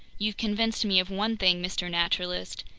you've convinced me of one thing, mr. naturalist.